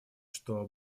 что